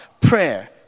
prayer